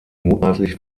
mutmaßlich